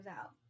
out